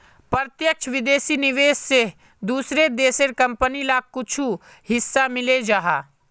प्रत्यक्ष विदेशी निवेश से दूसरा देशेर कंपनी लार कुछु हिस्सा मिले जाहा